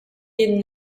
been